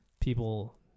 people